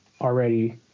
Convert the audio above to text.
already